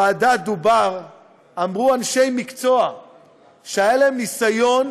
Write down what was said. אמרו אנשי מקצוע שהיה להם ניסיון